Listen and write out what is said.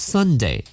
Sunday